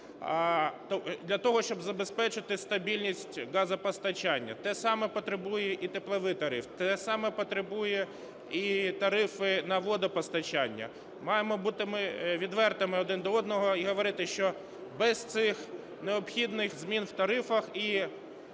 для того, щоб забезпечити стабільність газопостачання. Те саме потребує і тепловий тариф. Те саме і потребує і тарифи на водопостачання. Маємо бути ми відвертими один до одного і говорити, що без цих необхідних змін в тарифах і чіткого